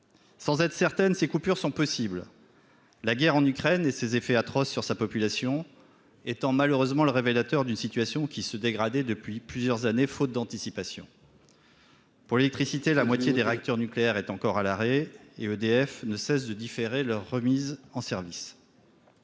sans être certaine ces coupures sont possibles : la guerre en Ukraine et ses effets atroce sur sa population étant malheureusement le révélateur d'une situation qui se dégrader depuis plusieurs années, faute d'anticipation pour l'électricité, la moitié des réacteurs nucléaires est encore à l'arrêt et EDF ne cesse de différer leur remise en service,